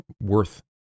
worth